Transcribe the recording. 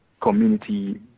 community